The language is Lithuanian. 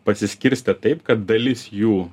pasiskirstę taip kad dalis jų